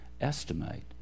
estimate